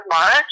March